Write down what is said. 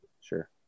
sure